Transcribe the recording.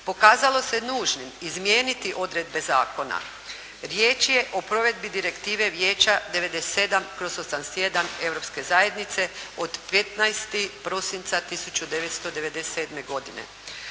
Pokazalo se nužni izmijeniti odredbe zakona, riječ je o provedbi Direktive Vijeća 97/81 Europske zajednice od 15. prosinca 1997. godine,